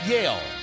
Yale